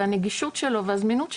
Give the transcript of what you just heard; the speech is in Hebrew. והנגישות שלו והזמינות שלו,